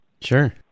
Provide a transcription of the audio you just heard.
Sure